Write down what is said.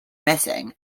missing